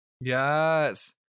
Yes